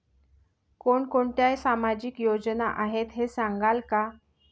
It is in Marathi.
कोणकोणत्या सामाजिक योजना आहेत हे सांगाल का?